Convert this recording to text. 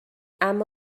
اما